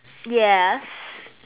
yes